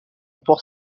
port